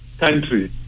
Country